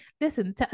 Listen